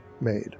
made